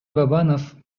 бабанов